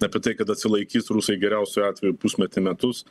apie tai kad atsilaikys rusai geriausiu atveju pusmetį metus